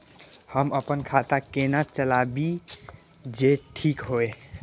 हम अपन खाता केना चलाबी जे ठीक होय?